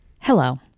Hello